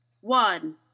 One